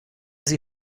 sie